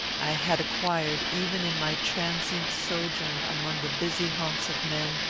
i had acquired, even in my transient sojourn among the busy haunts of men,